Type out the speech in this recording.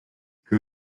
que